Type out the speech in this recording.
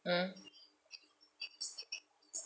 mm